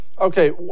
Okay